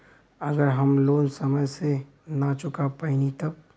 अगर हम लोन समय से ना चुका पैनी तब?